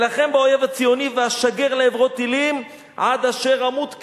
אלחם באויב הציוני ואשגר לעברו טילים עד אשר אמות כשהיד"